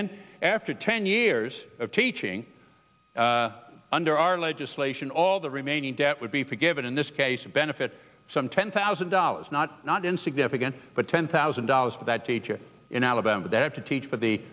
then ten years of teaching under our legislation all the remaining debt would be forgiven in this case a benefit some ten thousand dollars not not insignificant but ten thousand dollars for that teacher in alabama they have to teach for the